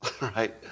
right